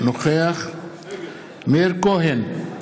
נוכח מאיר כהן,